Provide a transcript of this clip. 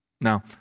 Now